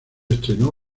estrenó